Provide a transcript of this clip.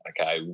okay